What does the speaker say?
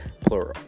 plural